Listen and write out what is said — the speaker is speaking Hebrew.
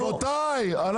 רבותיי,